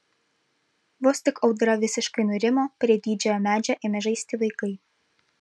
vos tik audra visiškai nurimo prie didžiojo medžio ėmė žaisti vaikai